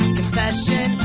confession